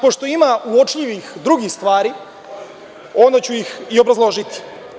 Pošto ima uočljivih drugih stvari, onda ću ih i obrazložiti.